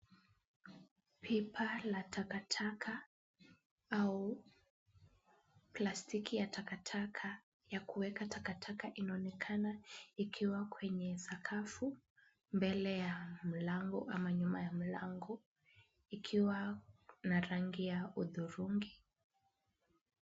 Pipa la takataka au plastiki ya takataka, ya kuweka takataka inaonekana ikiwa kwenye sakafu, mbele ya mlango ama nyuma ya mlango, ikiwa na rangi ya hudhurungi.